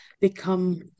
become